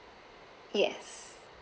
yes